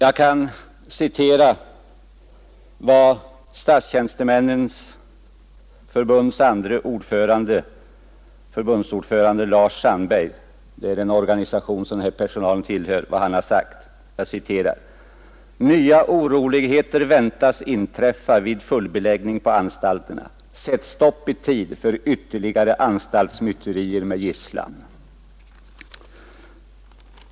Nr 54 Jag skall citera vad andre förbundsordförande Lars Sandberg i Fredagen den Statsanställdas förbund, den organisation som denna personal tillhör, 7 april 1972 sagt: ”Nya oroligheter väntas inträffa vid fullbeläggning på anstalterna. Sätt stopp i tid för ytterligare anstaltsmyterier med gisslan!